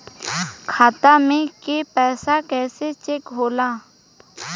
खाता में के पैसा कैसे चेक होला?